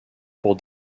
pour